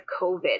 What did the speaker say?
covid